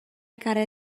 gotta